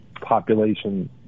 population